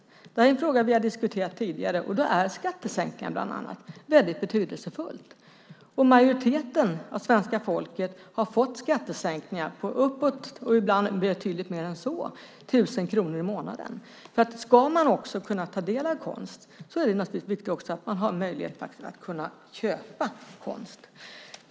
Det här är en fråga som vi har diskuterat tidigare. Där är bland annat skattesänkningar väldigt betydelsefulla. Majoriteten av svenska folket har fått skattesänkningar på uppåt 1 000 kronor i månaden, och ibland betydligt mer än så. Ska man kunna ta del av konst är det naturligtvis också viktigt att man har möjlighet att köpa konst.